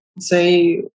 say